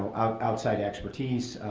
outside expertise.